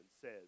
says